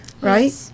right